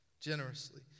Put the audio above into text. Generously